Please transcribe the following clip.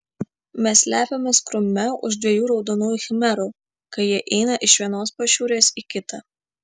mes slepiamės krūme už dviejų raudonųjų khmerų kai jie eina iš vienos pašiūrės į kitą